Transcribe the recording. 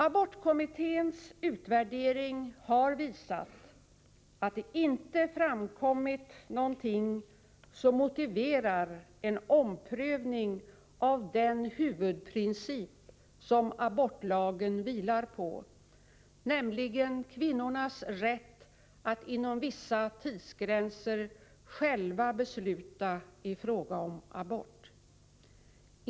Abortkommitténs utvärdering har visat att det inte framkommit någonting som motiverar en omprövning av den huvudprincip som abortlagen vilar på, nämligen kvinnornas rätt att inom vissa tidsgränser själva besluta i fråga om abort.